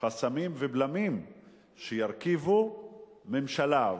חסמים ובלמים כשירכיבו ממשלה.